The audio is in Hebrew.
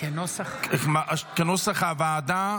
כנוסח הוועדה.